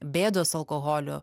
bėdos su alkoholiu